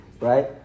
right